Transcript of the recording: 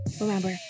Remember